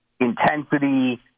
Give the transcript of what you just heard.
intensity